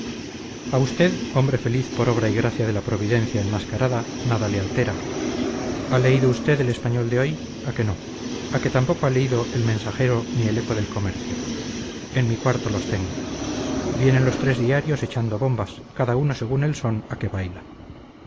a usted hombre feliz por obra y gracia de la providencia enmascarada nada le altera ha leído usted el español de hoy a que no a que tampoco ha leído el mensajero ni el eco del comercio en mi cuarto los tengo vienen los tres diarios echando bombas cada uno según el son a que baila